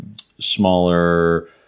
smaller